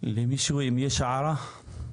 למישהו אם יש הערה?